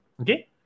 okay